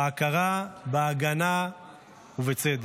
בהכרה, בהגנה ובצדק.